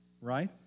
right